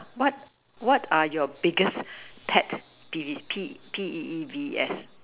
what what are your biggest pet peeves P P_E_E_V_E_S